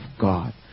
God